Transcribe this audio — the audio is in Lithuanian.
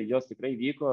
jos tikrai vyko